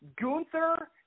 Gunther